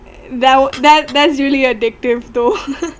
that was that that's really addictive though